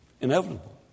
Inevitable